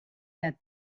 that